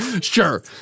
Sure